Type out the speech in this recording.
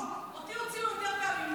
אותי הוציאו יותר פעמים מכם.